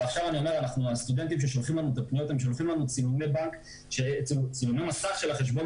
ועכשיו הסטודנטים שולחים לנו צילומי מסך של חשבון